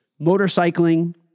motorcycling